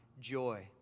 joy